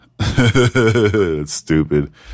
Stupid